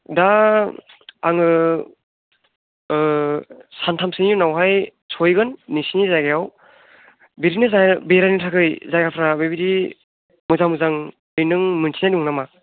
दा आङो ओ सानथामसोनि उनावहाय सहैगोन नोंसिनि जायगायाव बिदिनो जायगा बेरायनो थाखाय जायगाफ्रा बेबायदि मोजां मोजां मोनसे दङ नामा